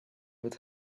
with